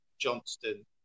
Johnston